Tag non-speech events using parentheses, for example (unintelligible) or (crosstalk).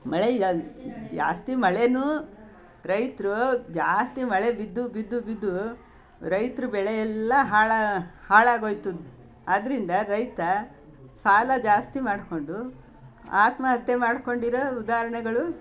ಮಳೆ (unintelligible) ಜಾಸ್ತಿ ಮಳೆಯೂ ರೈತರು ಜಾಸ್ತಿ ಮಳೆ ಬಿದ್ದು ಬಿದ್ದು ಬಿದ್ದು ರೈತ್ರ ಬೆಳೆ ಎಲ್ಲ ಹಾಳಾ ಹಾಳಾಗ್ಹೋಯ್ತು ಆದ್ದರಿಂದ ರೈತ ಸಾಲ ಜಾಸ್ತಿ ಮಾಡಿಕೊಂಡು ಆತ್ಮಹತ್ಯೆ ಮಾಡಿಕೊಂಡಿರೋ ಉದಾಹರ್ಣೆಗಳು